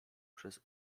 przez